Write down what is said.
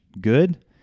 good